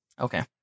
okay